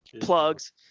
plugs